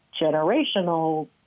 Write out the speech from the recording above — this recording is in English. generational